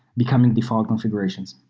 becoming default configurations.